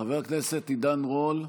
חבר הכנסת עידן רול,